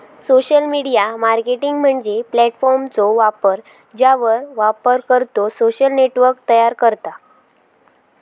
social media marketing म्हणजे प्लॅटफॉर्मचो वापर ज्यावर वापरकर्तो सोशल नेटवर्क तयार करता